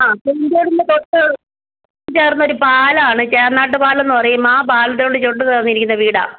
ആ പുളിഞ്ചോടിന് തൊട്ട് ചേർന്നൊരു പാലമാണ് ചേന്നാട്ട് പാലം എന്ന് പറയും ആ പാലത്തോട് തൊട്ട് ചേർന്നിരിക്കുന്ന വീടാണ്